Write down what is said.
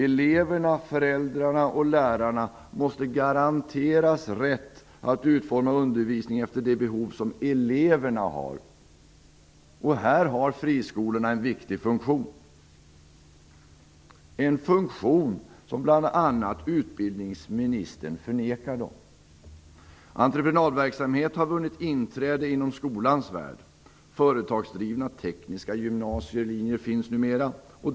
Eleverna, föräldrarna och lärarna måste garanteras rätt att utforma undervisningen efter de behov som eleverna har. Här har friskolorna en viktig funktion, en funktion som bl.a. utbildningsministern vill förvägra dem. Entreprenadverksamhet har vunnit inträde i skolans värld. Företagsdrivna tekniska gymnasielinjer finns numera.